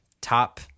top